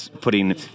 putting